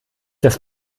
dass